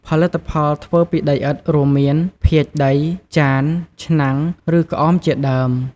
ផលិតផលធ្វើពីដីឥដ្ឋ រួមមាន ភាជន៍ដី ចាន ឆ្នាំង ឬក្អមជាដើម។